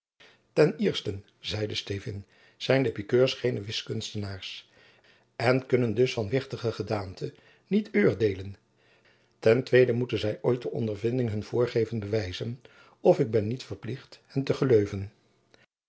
iersten zeide stevyn zijn de pikeurs geene wiskunstenaars en kunnen dus van wichtige gedaonten niet eurdeelen ten twieden moeten zij oit de ondervinding hun voorgeven bewijzen of ik ben niet verplicht hen te